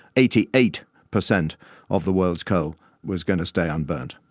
eighty eight percent of the world's coal was going to stay unburnt.